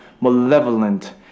malevolent